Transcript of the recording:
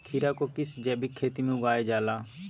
खीरा को किस जैविक खेती में उगाई जाला?